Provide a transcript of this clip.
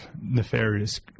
nefarious